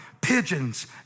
Pigeons